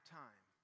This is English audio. time